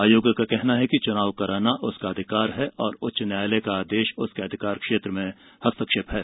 आयोग का कहना है कि चुनाव कराना उसका अधिकार है और उच्च न्यायालय का आदेश उसके अधिकार क्षेत्र में हस्तक्षेप है